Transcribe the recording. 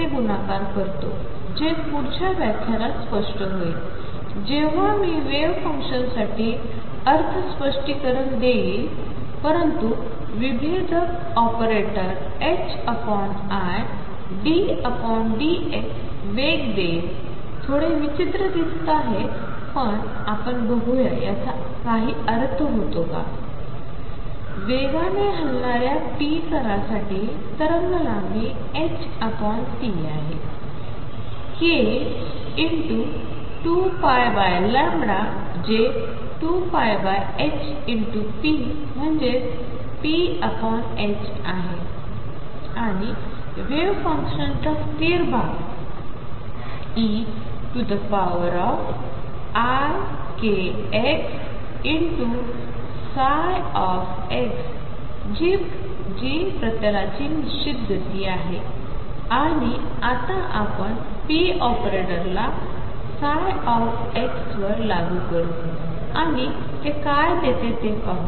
ने गुणाकार करतो जे पुढच्या व्याख्यानात स्पष्ट होईल जेव्हा मी वेव्ह फंक्शनसाठी अर्थस्पष्टीकरण देईन परंतु विभेदक ऑपरेटर iddxवेग देईल थोडे विचित्र दिसत आहे पण आपण बघूया याचा काही अर्थ होतो का वेगाने हलणाऱ्या p कणासाठी तरंग लांबी hp आहे k 2π जे 2πhp मन्हजेच pआहे आणि वेव्ह फंक्शनचा स्थिर भाग eikxx जी प्रतलाची निश्चित गती आहे आणि आता आपण p ऑपरेटरला ψ वर लागू करू आणि ते काय देते ते पाहू